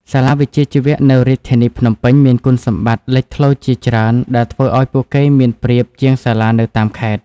សាលាវិជ្ជាជីវៈនៅរាជធានីភ្នំពេញមានគុណសម្បត្តិលេចធ្លោជាច្រើនដែលធ្វើឱ្យពួកគេមានប្រៀបជាងសាលានៅតាមខេត្ត។